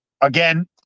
again